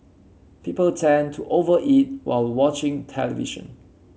people tend to over eat while watching television